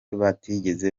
batigeze